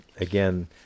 Again